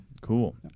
Cool